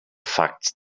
facts